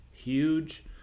huge